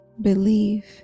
believe